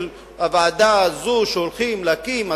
של הוועדה הזאת שהולכים להקים,